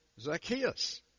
Zacchaeus